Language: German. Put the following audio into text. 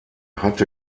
hatte